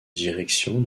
directions